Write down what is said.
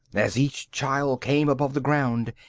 as each child came above the ground,